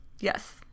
yes